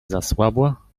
zasłabła